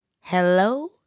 Hello